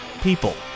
people